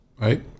Right